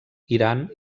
iran